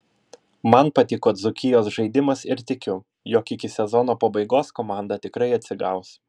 man patiko dzūkijos žaidimas ir tikiu jog iki sezono pabaigos komanda tikrai atsigaus